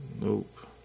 Nope